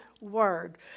word